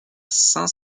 saint